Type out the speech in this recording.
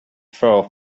for